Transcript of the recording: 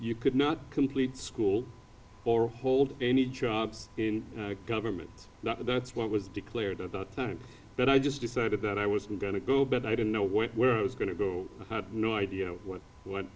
you could not complete school or hold any job in government that's what was declared at the time that i just decided that i was going to go but i didn't know where i was going to go no idea what